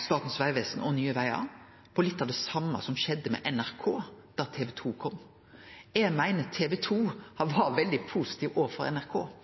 Statens vegvesen og Nye Vegar med litt av det same som skjedde med NRK da TV 2 kom. Eg meiner at TV 2 var veldig positivt òg for NRK.